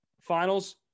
Finals